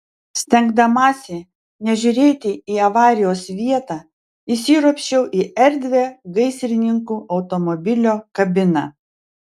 stengdamasi nežiūrėti į avarijos vietą įsiropščiau į erdvią gaisrininkų automobilio kabiną